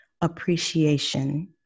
appreciation